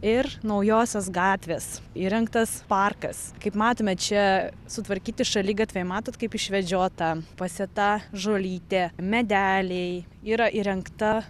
ir naujosios gatvės įrengtas parkas kaip matome čia sutvarkyti šaligatviai matot kaip išvedžiota pasėta žolytė medeliai yra įrengta